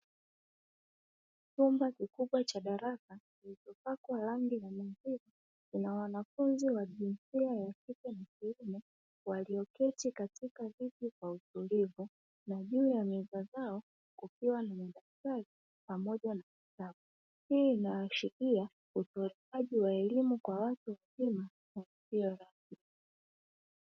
Chumba kikubwa cha darasa kilichopakwa rangi ya kijivu, kuna wanafunzi wa jinsia ya kike na kiume walioketi katika viti kwa utulivu na juu ya meza zao kukiwa na madaftari pamoja na vitabu. Hii inaashiria utolewaji wa elimu kwa watu wazima na isiyo rasmi.